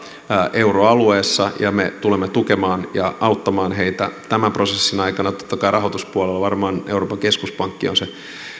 euroalueessa ja me tulemme tukemaan ja auttamaan heitä tämän prosessin aikana totta kai rahoituspuolella varmaan euroopan keskuspankki on se